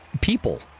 people